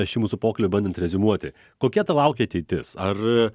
šį mūsų pokalbį bandant reziumuoti kokia ta laukia ateitis ar